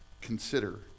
consider